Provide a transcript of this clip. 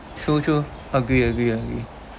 true true agree agree agree